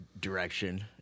direction